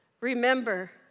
Remember